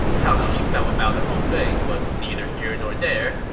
how she felt about the whole thing was neither here nor there,